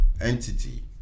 entity